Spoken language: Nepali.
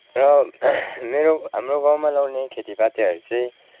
र मेरो हाम्रो गाँउमा लाउने खेतीपातीहरू चाहिँ